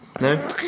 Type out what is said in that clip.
No